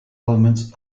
elements